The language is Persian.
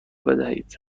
بدهید